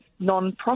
nonprofit